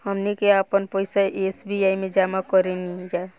हमनी के आपन पइसा एस.बी.आई में जामा करेनिजा